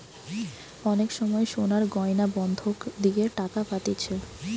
অনেক সময় সোনার গয়না বন্ধক দিয়ে টাকা পাতিছে